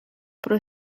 pro